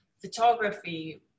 photography